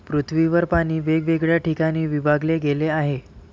पृथ्वीवर पाणी वेगवेगळ्या ठिकाणी विभागले गेले आहे